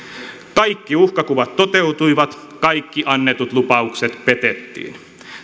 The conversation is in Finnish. kaikki uhkakuvat toteutuivat kaikki annetut lupaukset petettiin